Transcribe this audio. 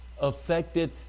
affected